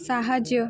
ସାହାଯ୍ୟ